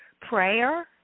prayer